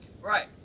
Right